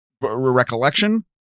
recollection